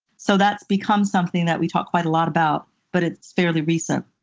so that's become something that we talk quite a lot about, but it's fairly recent.